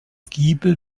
giebel